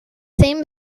same